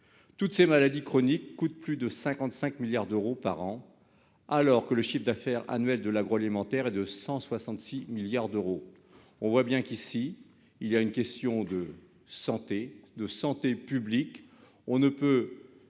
Toutes ces maladies chroniques coûtent plus de 55 milliards d'euros par an, alors que le chiffre d'affaires annuel de l'agroalimentaire est de 166 milliards d'euros. On voit bien que se pose ici une question de santé publique,